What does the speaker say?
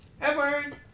Edward